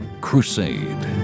Crusade